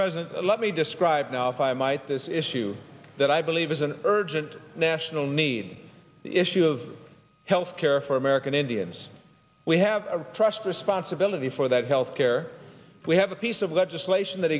president let me describe now if i might this issue that i believe is an urgent national need the issue of health care for american indians we have a trust responsibility for that health care we have a piece of legislation that